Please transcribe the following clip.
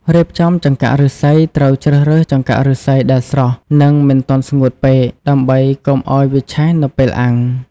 រៀបចំចង្កាក់ឫស្សីត្រូវជ្រើសរើស ចង្កាក់ឫស្សី ដែលស្រស់ និងមិនទាន់ស្ងួតពេក ដើម្បីកុំឲ្យវាឆេះនៅពេលអាំង។